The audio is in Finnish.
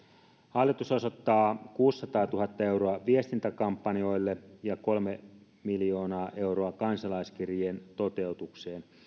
hallitus osoittaa kuusisataatuhatta euroa viestintäkampanjoille ja kolme miljoonaa euroa kansalaiskirjeen toteutukseen